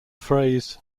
phrase